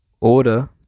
Order